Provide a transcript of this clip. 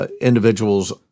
Individuals